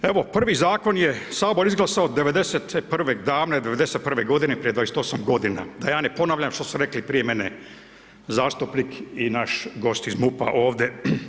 Evo, prvi zakon je sabor izglasao '91. davne '91. godine, prije 28 godina, da ja ne ponavljam što su rekli prije mene, zastupnik i naš gost iz MUP-a ovdje.